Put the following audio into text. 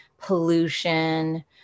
pollution